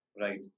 Right